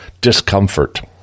discomfort